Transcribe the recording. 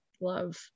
love